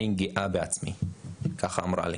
אני גאה בעצמי.״ אז אלה הדברים שהיא מסרה לי.